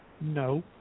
No